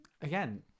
again